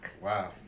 Wow